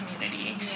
community